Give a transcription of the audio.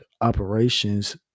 operations